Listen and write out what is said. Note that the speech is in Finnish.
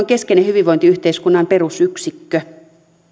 keskeinen hyvinvointiyhteiskunnan perusyksikkö